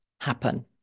happen